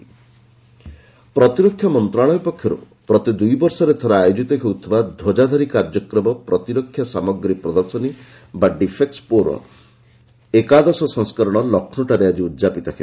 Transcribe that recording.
ଡିଫେକ୍ସପୋ ପ୍ରତିରକ୍ଷା ମନ୍ତ୍ରଣାଳୟ ପକ୍ଷରୁ ପ୍ରତି ଦୁଇ ବର୍ଷରେ ଥରେ ଆୟୋଜିତ ହେଉଥିବା ଧ୍ୱଜାଧାରୀ କାର୍ଯ୍ୟକ୍ରମ ପ୍ରତିରକ୍ଷା ସାମଗ୍ରୀ ପ୍ରଦର୍ଶନୀ ବା ଡିଫେକ୍ସ ପୋର ଏକାଦଶ ସଂସ୍କରଣ ଲକ୍ଷ୍ନୌଠାରେ ଆଜି ଉଦଯାପିତ ହେବ